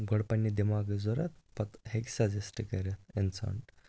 گۄڈٕ پنٕنہِ دٮ۪ماغٕچ ضروٗرت پَتہٕ ہیٚکہِ سَجیسٹہٕ کٔرِتھ اِنسان